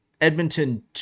Edmonton